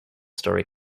story